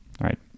right